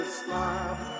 smile